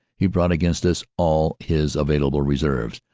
he brought against us all his available reserves,